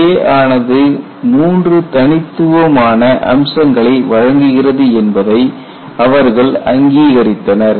J ஆனது 3 தனித்துவமான அம்சங்களை வழங்குகிறது என்பதை அவர்கள் அங்கீகரித்தனர்